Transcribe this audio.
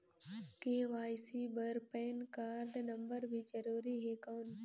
KYC बर PAN card number भी जरूरी हे कौन?